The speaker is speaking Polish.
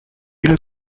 ile